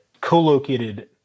co-located